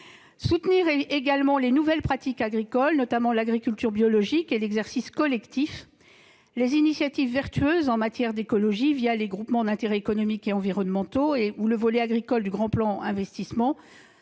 soutenir les nouvelles pratiques agricoles, notamment l'agriculture biologique et l'exercice collectif. Les initiatives vertueuses en matière d'écologie, les groupements d'intérêt économique et environnemental ou le volet agricole du grand plan d'investissement,